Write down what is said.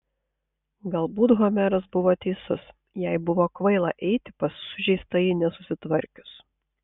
galbūt homeras buvo teisus jai buvo kvaila eiti pas sužeistąjį nesusitvarkius